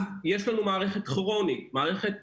אז יש לנו מערכת כרונית, מערכת